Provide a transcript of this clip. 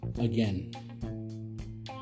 again